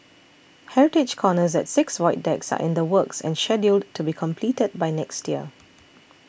heritage corners at six void decks are in the works and scheduled to be completed by next year